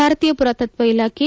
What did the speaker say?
ಭಾರತೀಯ ಪುರಾತತ್ವ ಇಲಾಖೆ